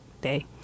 day